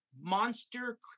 monster